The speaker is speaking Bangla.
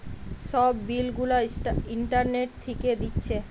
সব বিল গুলা ইন্টারনেট থিকে দিচ্ছে